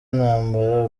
intambara